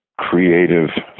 creative